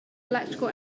electrical